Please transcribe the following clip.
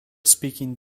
speaking